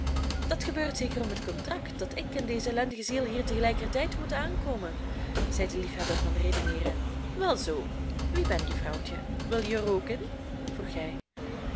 dat gebeurt zeker om het contrast dat ik en deze ellendige ziel hier tegelijkertijd moeten aankomen zei de liefhebber van redeneeren wel zoo wie ben je vrouwtje wil je er ook in vroeg hij